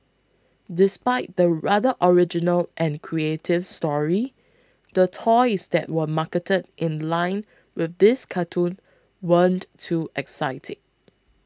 despite the rather original and creative story the toys that were marketed in line with this cartoon weren't too exciting